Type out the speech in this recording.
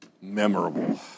Memorable